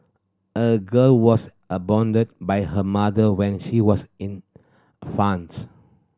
a girl was abandoned by her mother when she was in